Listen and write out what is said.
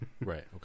right